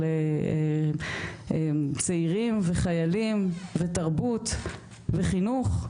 צעירים וחיילים ותרבות, וחינוך,